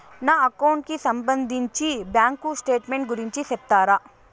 నా అకౌంట్ కి సంబంధించి బ్యాంకు స్టేట్మెంట్ గురించి సెప్తారా